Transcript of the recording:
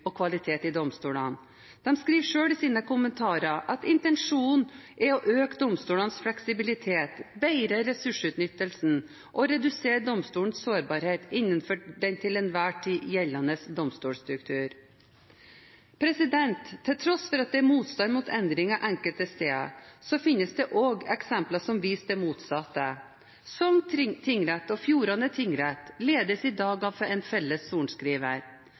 og kvalitet i domstolene. De skriver selv i sine kommentarer at intensjonen er å øke domstolenes fleksibilitet, bedre ressursutnyttelsen og redusere domstolenes sårbarhet innenfor den til enhver tid gjeldende domstolsstruktur. Til tross for at det er motstand mot endringer enkelte steder, finnes det også eksempler som viser det motsatte. Sogn tingrett og Fjordane tingrett ledes i dag av en felles